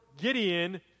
Gideon